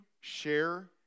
share